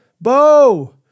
Bo